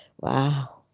Wow